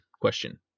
question